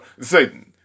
Satan